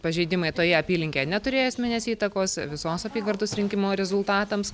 pažeidimai toje apylinkėje neturėjo esminės įtakos visos apygardos rinkimų rezultatams